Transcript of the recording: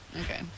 Okay